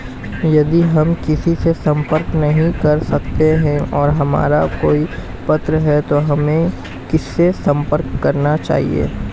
यदि हम किसी से संपर्क नहीं कर सकते हैं और हमारा कोई प्रश्न है तो हमें किससे संपर्क करना चाहिए?